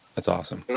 that's awesome yeah